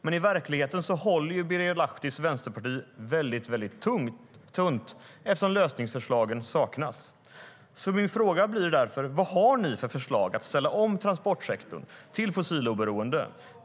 Men i verkligheten håller Birger Lahtis vänsterparti tunt eftersom lösningsförslagen saknas. Min fråga blir därför: Vad har ni för förslag för att ställa om transportsektorn till fossiloberoende?